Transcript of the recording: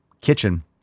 kitchen